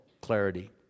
clarity